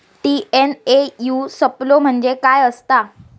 TNAU सापलो म्हणजे काय असतां?